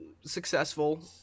successful